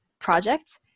project